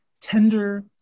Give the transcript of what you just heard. tender